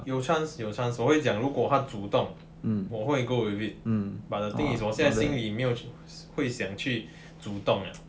有 chance 有 chance 我会讲如果她主动我会 go with it but the thing is 我现在心里没有会想去主动 ah